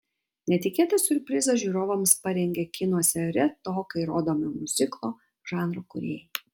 netikėtą siurprizą žiūrovams parengė kinuose retokai rodomo miuziklo žanro kūrėjai